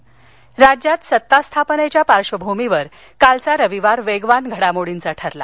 सत्ता राज्यात सत्तास्थापनेच्या पार्श्वभूमीवर कालचा रविवार वेगवान घडामोडींचा ठरला